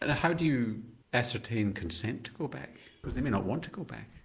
ah how do you ascertain consent to go back because they may not want to go back?